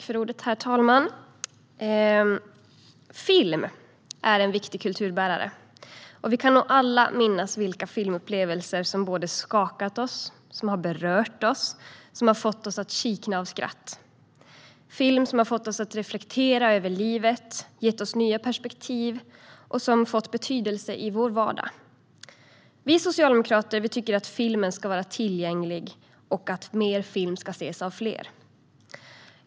Herr talman! Film är en viktig kulturbärare. Vi kan nog alla minnas vilka filmupplevelser som både skakat oss, berört oss och fått oss att kikna av skratt, film som fått oss att reflektera över livet, gett oss nya perspektiv och fått betydelse i vår vardag. Vi socialdemokrater tycker att filmen ska vara tillgänglig och att mer film ska ses av fler.